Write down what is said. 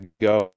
go